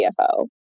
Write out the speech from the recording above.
CFO